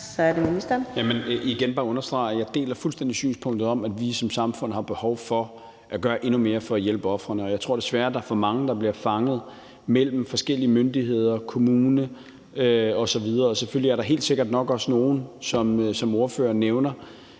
deler synspunktet om, at vi som samfund har behov for at gøre endnu mere for at hjælpe ofrene. Jeg tror desværre, at der er for mange, der bliver fanget mellem forskellige myndigheder, kommuner osv. Og selvfølgelig er der, som ordføreren nævner,